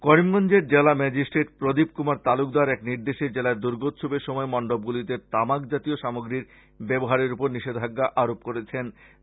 করিমগঞ্জের জেলা ম্যাজিষ্ট্রেট প্রদীপ কুমার তালুকদার এক নির্দেশে জেলায় দুর্গোৎসবের সময় মন্ডপগুলিতে তামাক জাতীয় সামগ্রীর ব্যবহারের উপর নিষেধাজ্ঞা আরোপ করেছেন